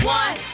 one